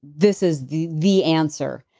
this is the the answer.